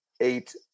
eight